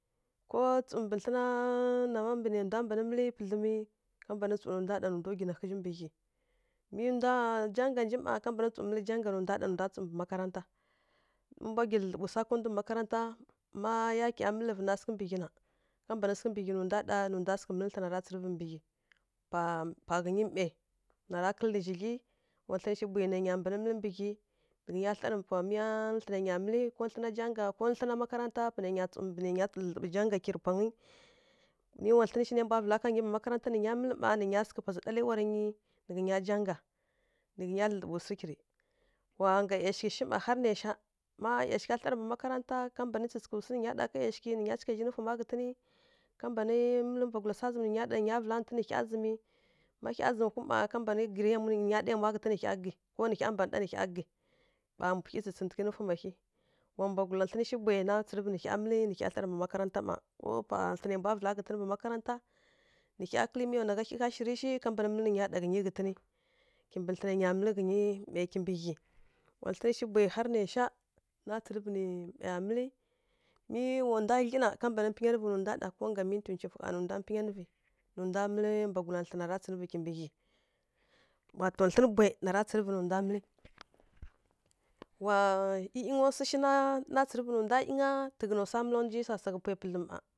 Ko tsu mbǝ tlǝn nǝma nǝ nda mbana mǝl wa nda mbana mǝl pǝdlǝm kha mbana mbana tsu nǝ ndwa ɗa nǝ ndwa gyi nǝ ghǝzǝ mɓǝ ghyi mǝ nda mǝl jaga nji mma ka mbana mǝl jaga nǝ nda tsu mɓǝ makarata mma ka mbana mǝl jaga nǝ nda nǝ nda tsu mɓǝ makarata mma yakiya mǝlvǝ nǝ sǝghǝ mɓǝ ghyi na ambana sǝghǝ mɓǝ ghyi nǝ nda ɗa nǝ nda mǝl tlǝn ra tsǝrǝvǝ paghǝyǝ mǝyǝ mbwa ra kǝlǝ zhadlyi wa tlǝn shǝ bwahyi nǝ gha mbana mǝl kimɓǝ ghyi nǝ gha tlǝr kwa miya tlǝn nǝ gha mǝlǝ ko tlǝna jaga ko tlǝn makarata panǝgyǝ tsu dlǝdlǝɓǝ jaga kirǝ pangǝ mǝ wa tlǝn shǝ nǝ mbwa vǝl ghǝnyǝ mɓǝ makarata mǝl mma nǝ ghǝnyǝ sǝghǝ pazǝ ɗaliwara nyi nǝ nyi jaga nǝ ghǝnyǝ dlǝdlǝbǝ swa kirǝ wa ngga yaushǝ shǝ mma har nǝsha mma yaughǝ tlǝr mɓǝ makarata ka mbana tsǝtsǝswa ghǝnyǝ ɗa ka yaushǝ nǝ ghǝnyǝ cǝghǝnyǝ informa ghǝtǝn ka mbana mǝl mbwala sa zǝm mma hya zǝm wuma ka mbana ngǝrǝyam ko nǝ hyi ɗá yam ghǝtǝn nǝ hya nggǝ ko nǝ hya mbana ɗá nǝ hya nggǝ mɓǝ hyi tsǝtsǝghǝtǝghǝ informa hyi wa mbwala tlǝn shǝ nǝ ra tsǝrǝvǝ bwahi nǝ tsǝrǝvǝ nǝ hyi mǝl nǝ hya tlǝr mɓǝ makarata mma nǝ hya kǝl mǝ wa nagha hyi shǝrǝ shǝ ka mbana nǝ ghǝnyǝ ɗa ghǝtǝn kimbǝ tlǝn nyi mǝl hyi mǝyǝ kimbǝ hya wa tlǝn bwahi nǝ gha mǝl mǝǝyǝ wa nda dlyi na ka mbana pigyanavǝ nǝ hya ɗá wato tlǝn bwahi ra tsǝrǝvǝ nu nda mǝl wa igha swa wa tsǝrǝvǝ mǝ wa nda dlyi na wanja mbanǝ pigya vǝ ko ga minti twufǝ wato tlǝn bwahi nara tsǝrǝvǝ nda igha wa igha igha swǝ shǝ dǝzǝ tǝghǝna swa mǝl pǝdlǝm.